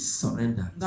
surrender